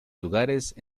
lugares